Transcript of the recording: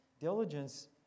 diligence